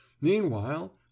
Meanwhile